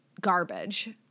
garbage